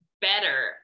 better